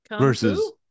versus